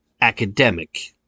Academic